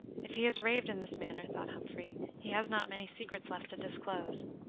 if he has raved in this manner, thought humphrey, he has not many secrets left to disclose.